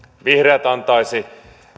vihreät antaisi